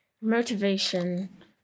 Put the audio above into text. motivation